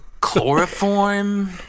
Chloroform